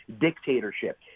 dictatorship